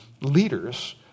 leaders